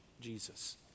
Jesus